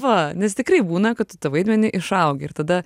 va nes tikrai būna kad tu tą vaidmenį išaugi ir tada